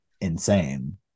insane